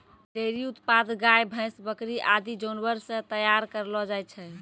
dairy उत्पाद गाय, भैंस, बकरी आदि जानवर सें तैयार करलो जाय छै